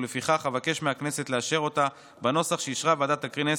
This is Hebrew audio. ולפיכך אבקש מהכנסת לאשר אותה בנוסח שאישרה ועדת הכנסת,